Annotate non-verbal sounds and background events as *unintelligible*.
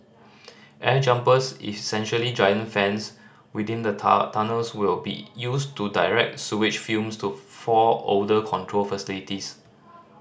air jumpers essentially giant fans within the *unintelligible* tunnels will be used to direct sewage fumes to four odour control facilities